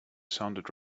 sounded